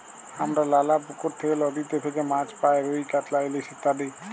হামরা লালা পুকুর থেক্যে, লদীতে থেক্যে মাছ পাই রুই, কাতলা, ইলিশ ইত্যাদি